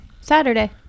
Saturday